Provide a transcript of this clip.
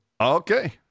Okay